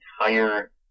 entire